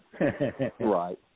Right